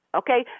okay